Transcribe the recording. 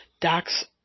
Dax